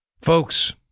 Folks